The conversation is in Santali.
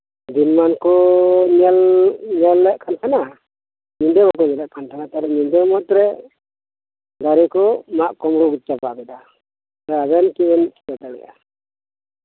ᱫᱤᱱᱢᱟᱱ ᱠᱩ ᱧᱮᱞᱮᱫ ᱠᱟᱱᱛᱟᱦᱮᱸ ᱠᱟᱱᱟ ᱧᱤᱫᱟᱹ ᱵᱟᱠᱩᱧᱮᱞᱮᱫ ᱠᱟᱱᱛᱟᱦᱮᱱᱟ ᱛᱟᱦᱚᱞᱮ ᱧᱤᱫᱟᱹ ᱢᱩᱦᱩᱫᱨᱮ ᱫᱟᱨᱤᱠᱩ ᱢᱟᱜ ᱠᱩᱢᱲᱩ ᱪᱟᱵᱟᱠᱮᱫᱟ ᱟᱵᱮᱱ ᱪᱮᱫᱵᱮᱱ ᱪᱤᱠᱟ ᱫᱟᱲᱤᱭᱟᱜ ᱟ